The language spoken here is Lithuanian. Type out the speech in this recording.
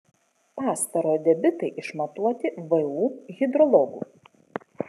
pastarojo debitai išmatuoti vu hidrologų